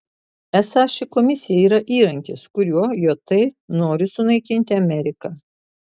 esą ši komisija yra įrankis kuriuo jt nori sunaikinti ameriką